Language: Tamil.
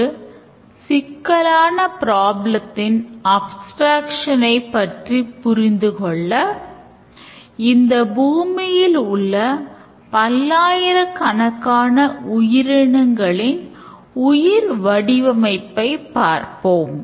ஒரு சிக்கலான ப்ராப்ளத்தின்ஐ பற்றி புரிந்துகொள்ள இந்த பூமியில் உள்ள பல்லாயிரக்கணக்கான உயிரினங்களின் உயிர் வடிவமைப்பை பார்ப்போம்